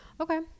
Okay